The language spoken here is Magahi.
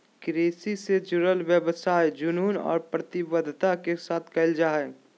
कृषि से जुडल व्यवसाय जुनून और प्रतिबद्धता के साथ कयल जा हइ